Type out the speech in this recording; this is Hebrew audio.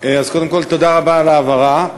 קודם כול, תודה רבה על ההבהרה.